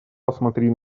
посмотри